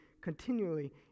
continually